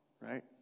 right